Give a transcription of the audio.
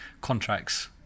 contracts